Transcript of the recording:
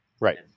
right